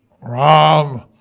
Ram